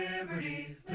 Liberty